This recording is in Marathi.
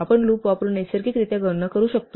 आपण लूप वापरून नैसर्गिकरित्या गणना करू शकतो